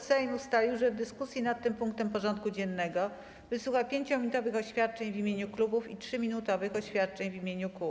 Sejm ustalił, że w dyskusji nad tym punktem porządku dziennego wysłucha 5-minutowych oświadczeń w imieniu klubów i 3-minutowych oświadczeń w imieniu kół.